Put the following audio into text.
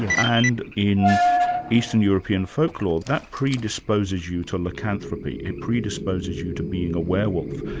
and in eastern european folklore, that predisposes you to lycanthropy it predisposes you to being a werewolf,